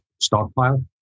stockpile